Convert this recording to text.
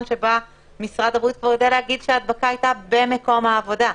שבה משרד הבריאות כבר יודע להגיד שההדבקה הייתה במקום העבודה.